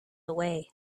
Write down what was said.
away